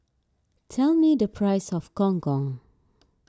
tell me the price of Gong Gong